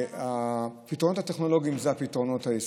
שהפתרונות הטכנולוגיים הם פתרונות ישימים.